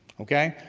okay?